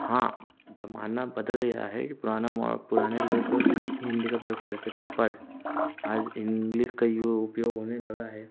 हाँ ज़माना बदल गया है कि पुराना पुराने लोग हिन्दी का प्रयोग करते थे पर आज इंग्लिस का यो उपयोग होने लगा है